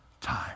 time